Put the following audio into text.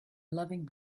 loving